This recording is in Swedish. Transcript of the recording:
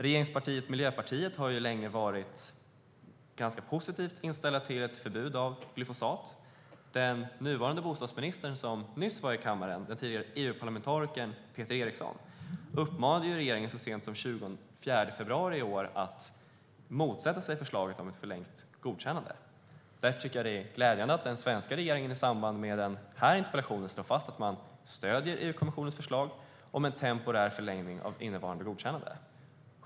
Regeringspartiet Miljöpartiet har länge varit ganska positivt inställt till ett förbud mot glyfosat. Den nuvarande bostadsministern och tidigare EU-parlamentarikern Peter Eriksson, som nyss var i kammaren, uppmanade så sent som den 24 februari i år regeringen att motsätta sig förslaget om ett förlängt godkännande. Därför tycker jag att det är glädjande att den svenska regeringen i samband med den här interpellationen slår fast att man stöder EU-kommissionens förslag om en temporär förlängning av innevarande godkännande.